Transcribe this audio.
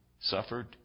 suffered